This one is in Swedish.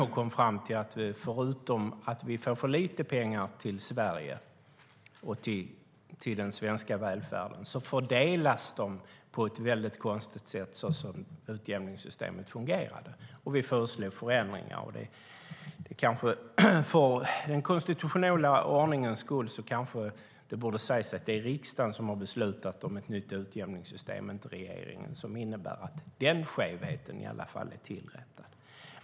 Vi kom fram till att förutom att vi får för lite pengar till Sverige och den svenska välfärden fördelas de på ett konstigt sätt så som utjämningssystemet fungerade, och vi föreslog förändringar. För den konstitutionella ordningens skull borde det kanske sägas att det var riksdagen som beslutade om ett nytt utjämningssystem, inte regeringen, vilket innebär att den skevheten i alla fall är tillrättad.